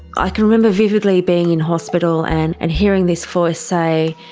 i can remember vividly being in hospital and and hearing this voice say,